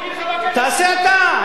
תעשה אתה,